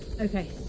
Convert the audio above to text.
Okay